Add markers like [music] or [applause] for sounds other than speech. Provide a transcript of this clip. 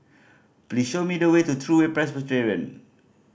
please show me the way to True [unintelligible] Presbyterian